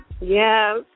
Yes